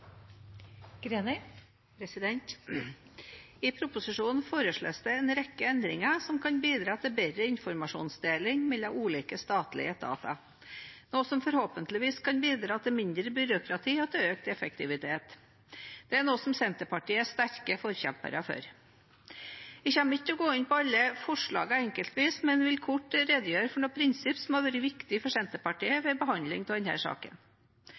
I proposisjonen foreslås det en rekke endringer som kan bidra til bedre informasjonsdeling mellom ulike statlige etater, og som forhåpentligvis kan bidra til mindre byråkrati og økt effektivitet. Det er noe som Senterpartiet er sterke forkjempere for. Jeg kommer ikke til å gå inn på alle forslagene enkeltvis, men vil kort redegjøre for noen prinsipp som har vært viktige for Senterpartiet ved behandling av denne saken.